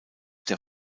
der